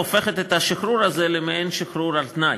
היא הופכת את השחרור הזה למעין שחרור על-תנאי,